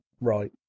right